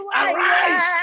arise